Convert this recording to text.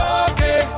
okay